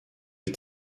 des